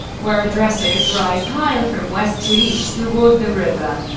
where addresses rise higher from west to east toward the river.